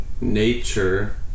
nature